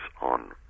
on